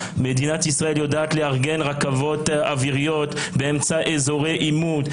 מדינת ישראל יודעת לארגן רכבות אוויריות באמצע אזורי עימות,